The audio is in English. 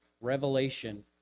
revelation